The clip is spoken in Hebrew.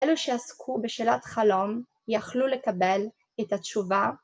אלו שעסקו בשאלת חלום יכלו לקבל את התשובה.